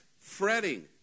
fretting